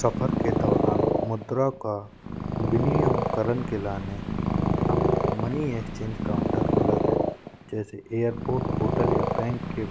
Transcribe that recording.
सफर के दरुआन मुद्रा का कारण के लाने हमें मनी एक्सचेंज काउंटर मिलत हैं। जैसे एयरपोर्ट होटल या बैंक के